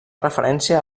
referència